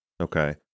Okay